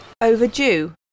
Overdue